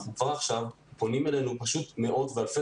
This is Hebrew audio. כבר עכשיו פונים אלינו מאות ואלפי